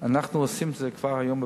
אנחנו עושים את זה היום כבר בבתי-החולים.